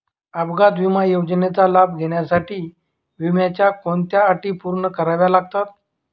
अपघात विमा योजनेचा लाभ घेण्यासाठी विम्याच्या कोणत्या अटी पूर्ण कराव्या लागतात?